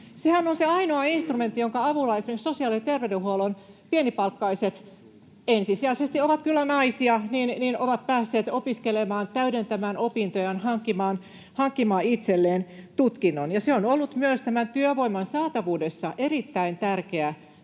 Sehän on se ainoa instrumentti, jonka avulla esimerkiksi sosiaali- ja terveydenhuollon pienipalkkaiset — ensisijaisesti ovat kyllä naisia — ovat päässeet opiskelemaan, täydentämään opintojaan, hankkimaan itselleen tutkinnon, ja se on ollut myös työvoiman saatavuudessa erittäin tärkeä